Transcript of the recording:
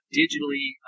digitally